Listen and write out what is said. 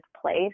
place